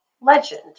legend